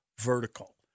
vertical